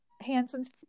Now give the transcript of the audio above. Hanson's –